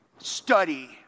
Study